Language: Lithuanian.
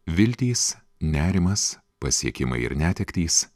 viltys nerimas pasiekimai ir netektys